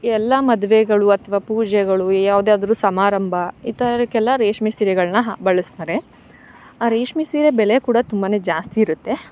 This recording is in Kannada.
ಎಲ್ಲ ಮದುವೆಗಳು ಅಥ್ವ ಪೂಜೆಗಳು ಯಾವುದಾದ್ರು ಸಮಾರಂಭ ಈ ಥರಕ್ಕೆಲ್ಲ ರೇಷ್ಮೆ ಸೀರೆಗಳನ್ನ ಆ ಬಳಸ್ತಾರೆ ಆ ರೇಷ್ಮೆ ಸೀರೆ ಬೆಲೆ ಕೂಡ ತುಂಬಾ ಜಾಸ್ತಿ ಇರುತ್ತೆ